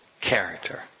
character